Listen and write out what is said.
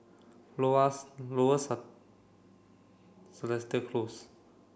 Lower Seletar Close